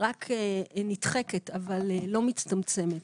רק נדחקת ולא מצטמצמת.